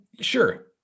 sure